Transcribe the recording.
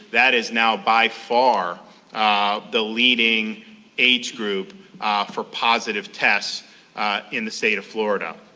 that is now by far ah the leading age group ah for positive tests in the state of florida.